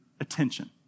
attention